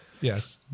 yes